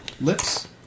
lips